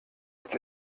als